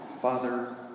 Father